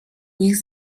niech